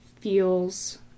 feels